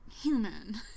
human